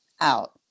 out